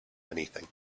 anything